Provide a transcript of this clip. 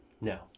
No